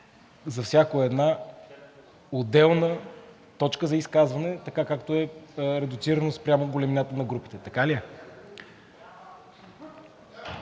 за всяка една отделна точка за изказване, така както е редуцирано спрямо големината на групите. Така ли е?